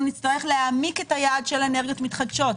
אנחנו נצטרך להעמיק את היעד של אנרגיות מתחדשות.